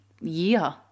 year